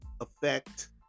effect